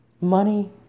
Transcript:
money